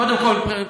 קודם כול,